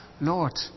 Lord